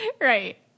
Right